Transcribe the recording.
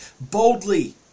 boldly